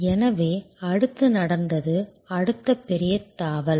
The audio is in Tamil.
எனவே அடுத்து நடந்தது அடுத்த பெரிய தாவல்